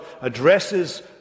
addresses